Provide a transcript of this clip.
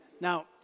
Now